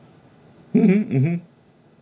mm hmm mm hmm